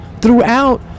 throughout